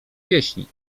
pieśni